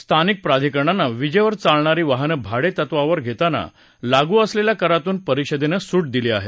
स्थानिक प्राधिकरणांना विजेवर चालणारी वाहनं भाडेतत्वावर घेताना लागू असलेल्या करातून परिषदेनं सूट दिली आहे